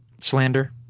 slander